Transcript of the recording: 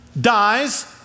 dies